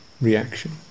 reaction